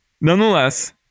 Nonetheless